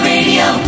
Radio